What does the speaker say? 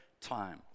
time